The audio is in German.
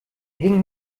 ging